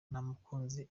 namukunze